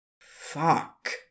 Fuck